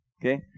Okay